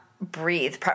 breathe